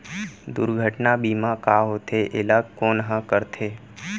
दुर्घटना बीमा का होथे, एला कोन ह करथे?